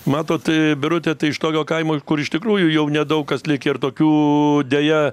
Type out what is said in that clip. matot birutė tai iš tokio kaimo kur iš tikrųjų jau nedaug kas likę ir tokių deja